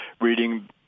reading